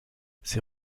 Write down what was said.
ses